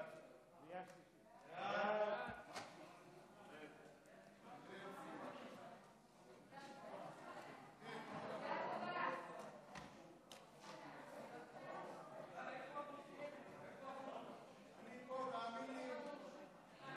אני עובר